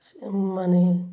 সে মানে